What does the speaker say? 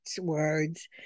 words